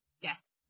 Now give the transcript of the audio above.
yes